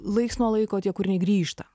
laiks nuo laiko tie kūriniai grįžta